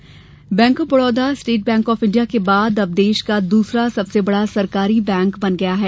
bank विलय bank of Baroda state bank of India के बाद अब देश का दूसरा सबसे बड़ा सरकारी बैंक बन गया है